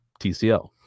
TCL